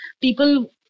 People